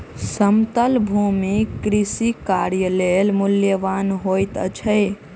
समतल भूमि कृषि कार्य लेल मूल्यवान होइत अछि